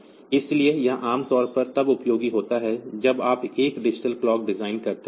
इसलिए यह आम तौर पर तब उपयोगी होता है जब आप एक डिजिटल क्लॉक डिजाइन करते हैं